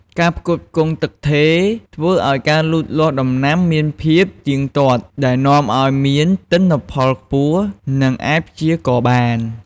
ការផ្គត់ផ្គង់ទឹកថេរ ធ្វើឱ្យការលូតលាស់ដំណាំមានភាពទៀងទាត់ ដែលនាំឱ្យមានទិន្នផលខ្ពស់ និងអាចព្យាករណ៍បាន។